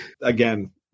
again